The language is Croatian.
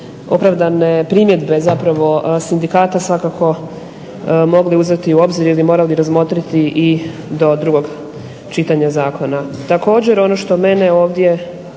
opravdane primjedbe sindikata svakako mogle uzeti u obzir ili bi morali razmotriti do drugog čitanja Zakona. Također ono što mene ovdje